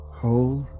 hold